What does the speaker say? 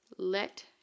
Let